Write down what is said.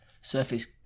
Surface